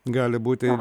gali būti